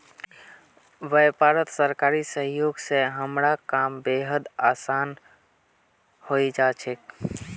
व्यापारत सरकारी सहयोग स हमारा काम बेहद आसान हइ जा छेक